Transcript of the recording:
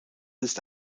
ist